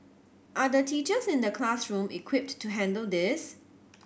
are the teachers in the classroom equipped to handle this